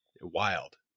wild